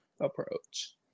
approach